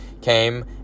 came